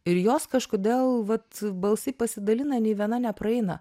ir jos kažkodėl vat balsai pasidalina nei viena nepraeina